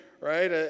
right